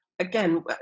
again